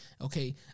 okay